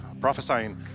prophesying